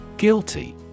Guilty